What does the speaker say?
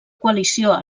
coalició